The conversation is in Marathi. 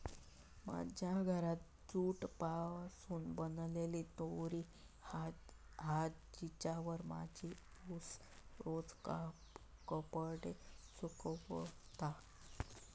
माझ्या घरात जूट पासून बनलेली दोरी हा जिच्यावर माझी आउस रोज कपडे सुकवता